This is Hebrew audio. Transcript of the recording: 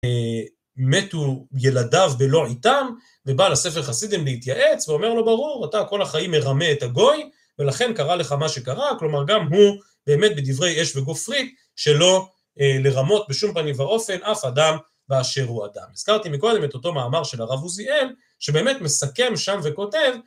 מתו ילדיו ולא איתם ובא לספר חסידים להתייעץ ואומר לו ברור אתה כל החיים מרמה את הגוי ולכן קרה לך מה שקרה כלומר גם הוא באמת בדברי אש וגופרית שלא לרמות בשום פנים ואופן אף אדם באשר הוא אדם. הזכרתי מקודם את אותו מאמר של הרב עוזיאל שבאמת מסכם שם וכותב